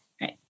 Right